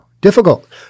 Difficult